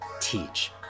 teach